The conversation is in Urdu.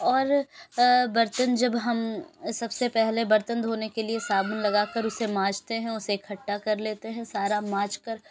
اور برتن جب ہم سب سے پہلے برتن دھونے کے لیے صابن لگا کر اسے مانجتے ہیں اسے اکھٹا کر لیتے ہیں سارا مانج کر